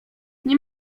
nie